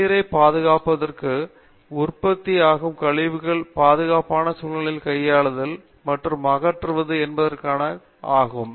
தண்ணீரைப் பாதுகாப்பானதாக்குவது உற்பத்தி ஆகும் கழிவுகளை பாதுகாப்பான சூழ்நிலைகளில் கையாளுவது மற்றும் அகற்றுவது என்பவற்றை குறித்த நிறைய படிப்புகள் உள்ளன